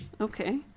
Okay